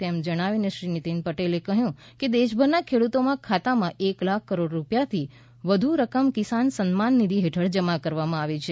તેમ જણાવીને શ્રી નીતીન પટેલે કહ્યું કે દેશભરના ખેડૂતોના ખાતામાં એક લાખ કરોડ રૂપિયાથી વધુ રકમ કિસાન સન્માન નિધિ હેઠળ જમા કરવામાં આવી છે